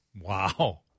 Wow